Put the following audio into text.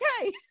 okay